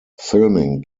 filming